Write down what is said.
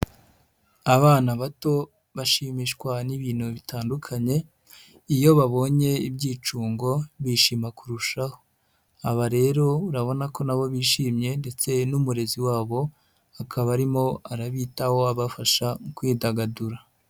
Abana bato bashimishwa n'ibintu bitandukanye iyo babonye ibyicungo bishima kurushaho, aba rero urabona ko nabo bishimye ndetse n'umurezi wabo akaba arimo arabitaho abafasha kwidagadura.